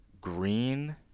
green